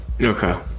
okay